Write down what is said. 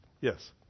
Yes